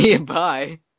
Bye